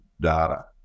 data